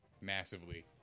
massively